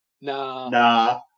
Nah